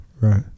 Right